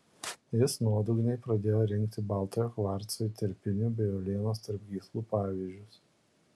jis nuodugniai pradėjo rinkti baltojo kvarco įterpinių bei uolienos tarp gyslų pavyzdžius